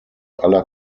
aller